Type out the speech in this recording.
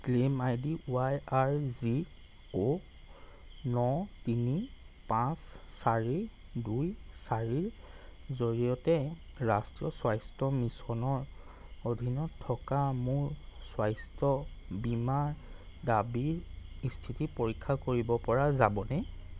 claim ID Y R G O N তিনি পাঁচ চাৰি দুই চাৰিৰ জৰিয়তে ৰাষ্ট্ৰীয় স্বাস্থ্য মিছনৰ অধীনত থকা মোৰ স্বাস্থ্য বীমা দাবীৰ স্থিতি পৰীক্ষা কৰিব পৰা যাবনে